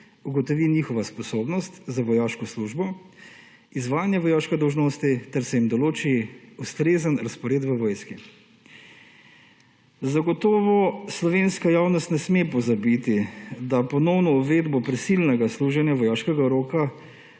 ugotovi njihova sposobnost za vojaško službo, izvajanje vojaške dolžnosti ter se jim določi ustrezen razpored v vojski. Zagotovo slovenska javnost ne sme pozabiti, da ponovno uvedbo prisilnega služenja vojaškega roka